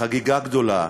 חגיגה גדולה,